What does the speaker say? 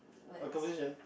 our conversation